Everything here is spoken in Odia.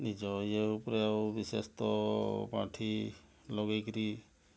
ନିଜ ଇଏ ଉପରେ ଆଉ ବିଶେଷତଃ ପାଣ୍ଠି ଲଗେଇକରି